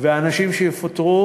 והאנשים שיפוטרו,